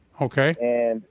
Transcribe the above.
Okay